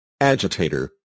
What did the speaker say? Agitator